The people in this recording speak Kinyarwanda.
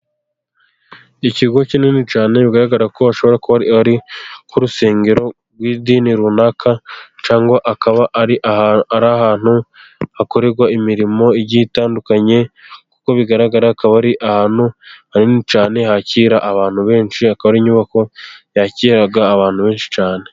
Ikigo kinini cyane bigaragara ko hashobora kuba ari ku rusengero rw'idini runaka, cyangwa akaba ari ahantu hakorerwa imirimo igiye itandukanye, nk'uko bigaragara akaba ari ahantu hanini cyane, hakira abantu benshi, ikaba inyubako yakira abantu benshi cyane.